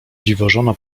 dziwożona